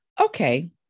Okay